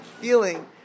feeling